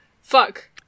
Fuck